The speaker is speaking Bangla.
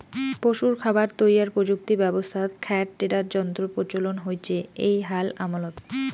পশুর খাবার তৈয়ার প্রযুক্তি ব্যবস্থাত খ্যার টেডার যন্ত্রর প্রচলন হইচে এ্যাই হাল আমলত